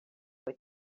what